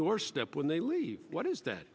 doorstep when they leave what is that